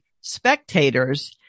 spectators